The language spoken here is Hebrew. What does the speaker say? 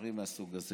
ודברים מהסוג הזה.